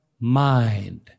mind